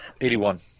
Eighty-one